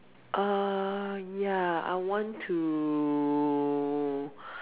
err ya I want to